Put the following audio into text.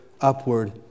upward